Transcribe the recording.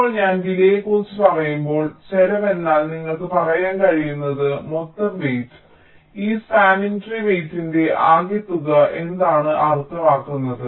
ഇപ്പോൾ ഞാൻ വിലയെക്കുറിച്ച് പറയുമ്പോൾ ചെലവ് എന്നാൽ നിങ്ങൾക്ക് പറയാൻ കഴിയുന്ന മൊത്തം വെയിറ്റ് ഈ സ്പാനിങ് ട്രീ വെയിറ്റ്ന്റെ ആകെത്തുക എന്നാണ് അർത്ഥമാക്കുന്നത്